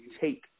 take